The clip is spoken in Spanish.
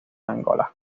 angola